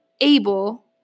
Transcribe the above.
able